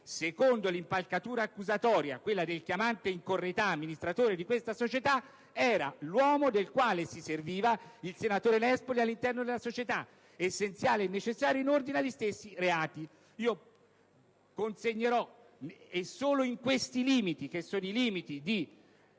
secondo l'impalcatura accusatoria, quella del chiamante in correità l'amministratore di questa società, era l'uomo del quale si serviva il senatore Nespoli all'interno della società, essenziale e necessario in ordine agli stessi reati. Solo in questi limiti, che sono quelli di